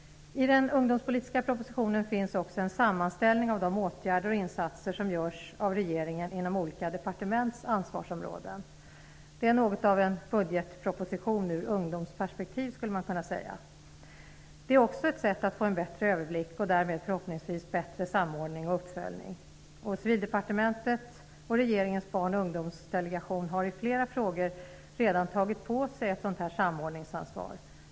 I den ungdomspolitiska propositionen finns också en sammanställning av de åtgärder och insatser som görs av regeringen inom olika departements ansvarsområden. Man skulle kunna säga att det är något av en budgetproposition med ett ungdomsperspektiv. Det är också ett sätt att få en bättre överblick och därmed förhoppningsvis en bättre samordning och uppföljning. Civildepartementet och regeringens barn och ungdomsdelegation har i flera frågor redan tagit på sig ett sådant här samordningsansvar.